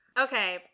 Okay